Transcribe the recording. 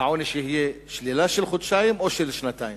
אם העונש יהיה שלילה של חודשיים או של שנתיים.